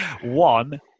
one